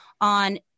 on